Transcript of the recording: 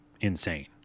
insane